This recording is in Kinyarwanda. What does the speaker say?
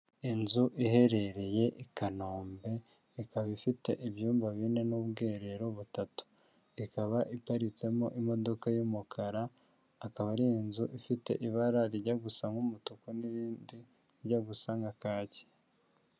Inzu iherereye i Kanombe ikaba ifite ibyumba bine n'ubwiherero butatu. Ikaba iparitsemo imodoka y'umukara, akaba ari inzu ifite ibara rijya gusa nk'umutuku n'irindi rijya gusa nka kaki.